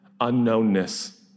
unknownness